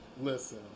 Listen